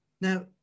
now